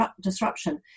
disruption